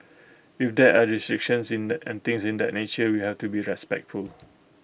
if there are restrictions and things in that nature we have to be respectful